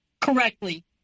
correctly